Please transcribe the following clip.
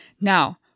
Now